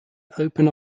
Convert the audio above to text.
open